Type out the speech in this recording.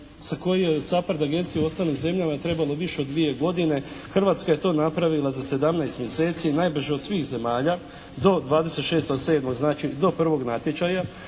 razumije./ … SAPARD agencije u ostalim zemljama trebalo više od 2 godine Hrvatska je to napravila za 17 mjeseci, najbrže od svih zemalja do 26.7. znači do 1. natječaja.